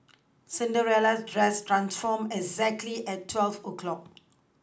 Cinderella's dress transformed exactly at twelve o' clock